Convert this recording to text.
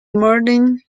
modern